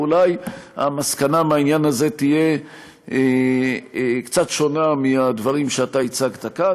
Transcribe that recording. ואולי המסקנה מהעניין הזה תהיה קצת שונה מהדברים שאתה הצגת כאן.